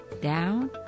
down